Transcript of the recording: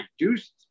reduced